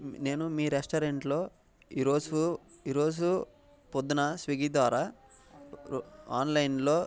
నేను మీ రెస్టారెంట్లో ఈ రోజు ఈ రోజు పొద్దున్న స్విగ్గీ ద్వారా ఆన్లైన్లో